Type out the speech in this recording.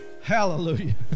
Hallelujah